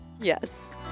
Yes